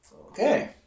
okay